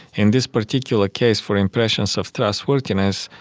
in this particular case for impressions of trustworthiness,